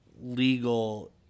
legal